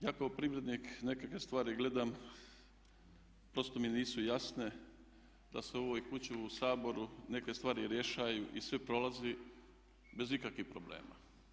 Ja kao privrednik nekakve stvari gledam prosto mi nisu jasne da se u ovoj kući, u Saboru neke stvari rješaju i sve prolazi bez ikakvih problema.